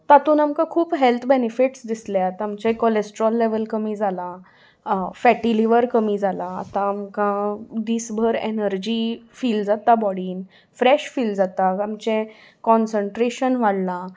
तातूंत आमकां खूब हेल्थ बेनिफिट्स दिसल्यात आमचे कॉलेस्ट्रॉल लेवल कमी जालां फॅटी लिवर कमी जालां आतां आमकां दीसभर एनर्जी फील जाता बॉडीन फ्रेश फील जाता आमचें कॉन्संट्रेशन वाडलां